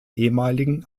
ehemaligen